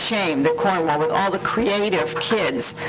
shame, that cornwall, with all the creative kids,